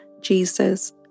Jesus